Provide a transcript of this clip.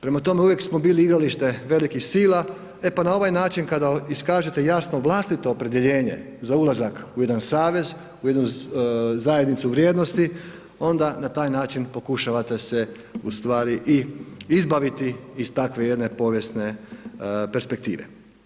Prema tome, uvijek smo bili igralište velikih sila e pa na ovaj način kada iskažete jasno vlastito opredjeljenje za ulazak u jedna savez, u jednu zajednicu vrijednosti, onda na taj način pokušavate se ustvari i izbaviti iz takve jedne povijesne perspektive.